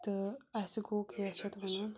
تہٕ اَسہِ گوٚو کیٛاہ چھِ اَتھ وَنان